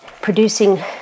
producing